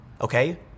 okay